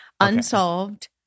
Unsolved